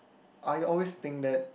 I always think that